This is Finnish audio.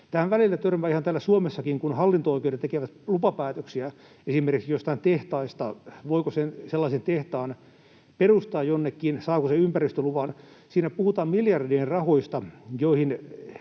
Tähän välillä törmää ihan täällä Suomessakin, kun hallinto-oikeudet tekevät lupapäätöksiä esimerkiksi joistain tehtaista, että voiko sellaisen tehtaan perustaa jonnekin, saako se ympäristöluvan. Siinä puhutaan miljardien rahoista, joihin